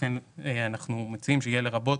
לכן אנחנו מציעים שיהיה לרבות